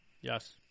Yes